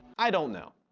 i don't know.